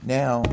now